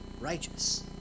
righteous